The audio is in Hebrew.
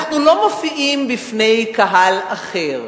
"אנחנו לא מופיעים בפני קהל אחר"